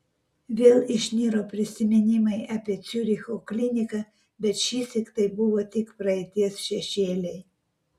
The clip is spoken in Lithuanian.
vėl išniro prisiminimai apie ciuricho kliniką bet šįsyk tai buvo tik praeities šešėliai